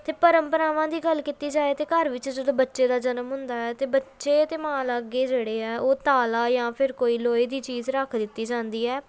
ਅਤੇ ਪ੍ਰੰਪਰਾਵਾਂ ਦੀ ਗੱਲ ਕੀਤੀ ਜਾਏ ਤਾਂ ਘਰ ਵਿੱਚ ਜਦੋਂ ਬੱਚੇ ਦਾ ਜਨਮ ਹੁੰਦਾ ਹੈ ਅਤੇ ਬੱਚੇ ਅਤੇ ਮਾਂ ਲਾਗੇ ਜਿਹੜੇ ਹੈ ਉਹ ਤਾਲ਼ਾ ਜਾਂ ਫਿਰ ਕੋਈ ਲੋਹੇ ਦੀ ਚੀਜ਼ ਰੱਖ ਦਿੱਤੀ ਜਾਂਦੀ ਹੈ